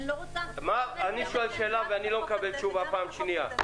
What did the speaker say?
אני לא רוצה --- אני שואל שאלה ואיני מקבל תשובה כבר בפעם השנייה,